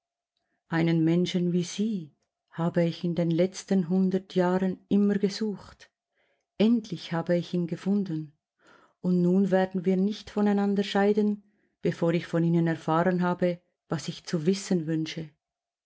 einen menschen wie sie habe ich in den letzten hundert jahren immer gesucht endlich habe ich ihn gefunden und nun werden wir nicht voneinander scheiden bevor ich von ihnen erfahren habe was ich zu wissen wünsche